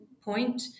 point